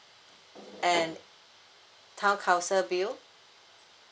and town council bill